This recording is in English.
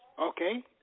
okay